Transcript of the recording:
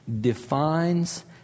defines